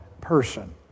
person